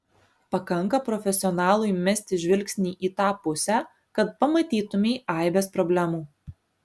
pakanka profesionalui mesti žvilgsnį į tą pusę kad pamatytumei aibes problemų